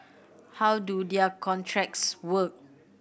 how do their contracts work